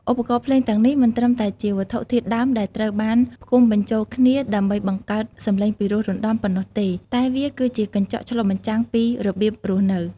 ឧបករណ៍ភ្លេងទាំងនេះមិនត្រឹមតែជាវត្ថុធាតុដើមដែលត្រូវបានផ្គុំបញ្ចូលគ្នាដើម្បីបង្កើតសំឡេងពិរោះរណ្ដំប៉ុណ្ណោះទេ តែវាគឺជាកញ្ចក់ឆ្លុះបញ្ចាំងពីរបៀបរស់នៅ។